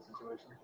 situation